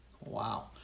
Wow